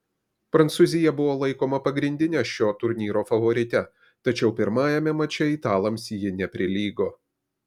prancūzija buvo laikoma pagrindine šio turnyro favorite tačiau pirmajame mače italams ji neprilygo